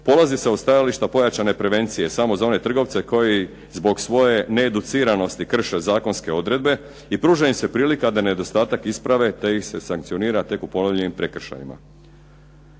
polazi se od stajališta pojačane prevencije samo za one trgovce koji zbog svoje needuciranosti krše zakonske odredbe i pruža im se prilika da nedostatak isprave te ih se sankcionira tek u ponovljenim prekršajima.